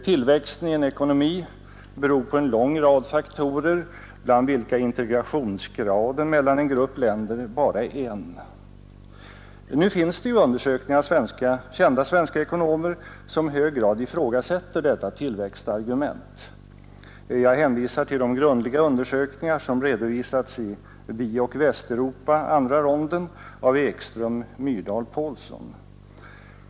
Tillväxten i en ekonomi beror på en lång rad faktorer, bland vilka integrationsgraden mellan en grupp länder bara är en. Nu finns det ju undersökningar av kända svenska ekonomer som i hög grad ifrågasätter detta tillväxtargument. Jag hänvisar till de grundliga undersökningar som redovisas i ”Vi och Västeuropa: Andra ronden” av Ekström —Myrdal— Pålsson.